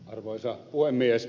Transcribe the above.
arvoisa puhemies